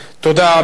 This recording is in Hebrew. אנחנו עוברים להצעות